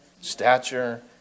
stature